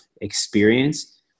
experience